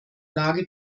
lage